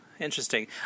interesting